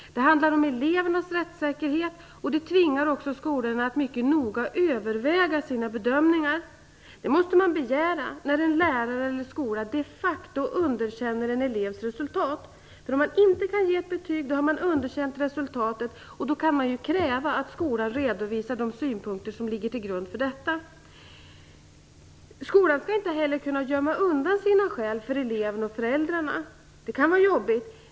Det handlar om elevernas rättssäkerhet, och det tvingar också skolorna att mycket noga överväga sina bedömningar. Det måste man begära när en lärare eller skola de facto underkänner en elevs resultat. Om man inte kan ge ett betyg har man underkänt resultatet, och det kan då krävas att skolan redovisar de synpunkter som ligger till grund för detta. Skolan skall inte heller kunna gömma undan sina skäl för eleven och föräldrarna. Det kan vara jobbigt.